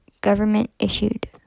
government-issued